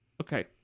Okay